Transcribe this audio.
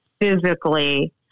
physically